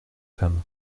femme